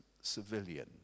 civilian